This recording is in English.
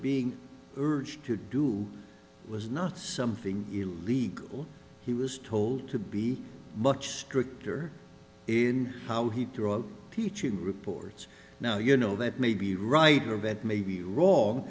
being urged to do was not something illegal he was told to be much stricter in how he wrote teaching reports now you know that may be right of it may be wrong